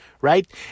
right